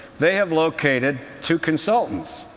they have located two consultants,